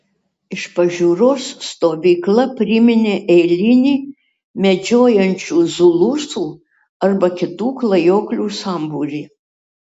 iš pažiūros stovykla priminė eilinį medžiojančių zulusų arba kitų klajoklių sambūrį